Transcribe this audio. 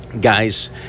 guys